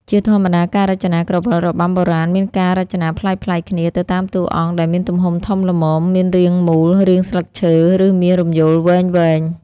ជាធម្មតាការរចនាក្រវិលរបាំបុរាណមានការរចនាប្លែកៗគ្នា ទៅតាមតួអង្គ ដែលមានទំហំធំល្មម មានរាងមូល រាងស្លឹកឈើ ឬមានរំយោលវែងៗ។